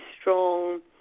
strong